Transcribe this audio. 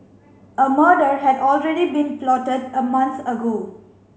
a murder had already been plotted a month ago